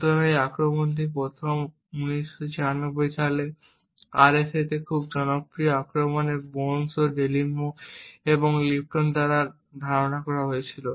সুতরাং এই আক্রমণটি প্রথম 1996 সালে RSA তে খুব জনপ্রিয় আক্রমণে বোনহ ডেমিলো এবং লিপটন দ্বারা ধারণা করা হয়েছিল